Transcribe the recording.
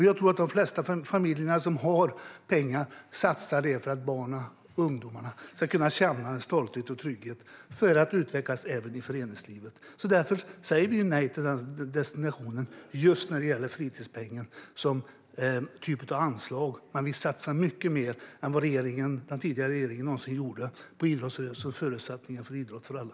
Jag tror att de flesta familjer som har pengar satsar på det här för att barnen och ungdomarna ska kunna känna en stolthet och trygghet och utvecklas även i föreningslivet. Därför säger vi nej till den typen av destinering just när det gäller fritidspengen, men vi satsar mycket mer än vad den tidigare regeringen någonsin gjorde på idrottsrörelsen och förutsättningar för idrott för alla.